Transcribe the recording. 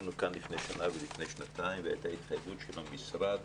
ישבנו כאן לפני שנה ולפני שנתיים והייתה התחייבות של המשרד